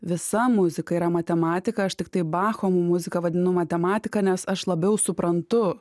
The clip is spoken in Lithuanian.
visa muzika yra matematika aš tiktai bacho muziką vadinu matematika nes aš labiau suprantu